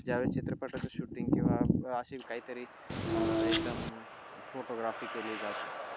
ज्यावेळी चित्रपटाचं शूटिंग किंवा अशी काहीतरी एकदम फोटोग्राफी केली जाते